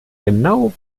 genau